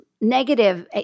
negative